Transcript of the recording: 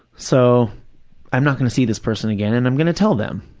so i'm not going to see this person again and i'm going to tell them,